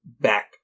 back